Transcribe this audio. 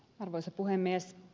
arvoisa puhemies